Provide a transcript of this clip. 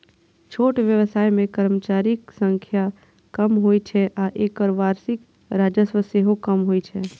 छोट व्यवसाय मे कर्मचारीक संख्या कम होइ छै आ एकर वार्षिक राजस्व सेहो कम होइ छै